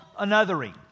Anothering